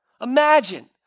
Imagine